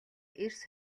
эрс